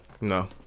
no